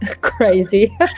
crazy